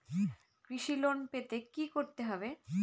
কৃষি লোন পেতে হলে কি করতে হবে?